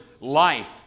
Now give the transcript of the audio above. life